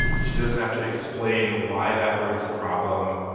she doesn't have to explain why that word is a problem.